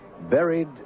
buried